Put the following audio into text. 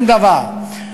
שום דבר.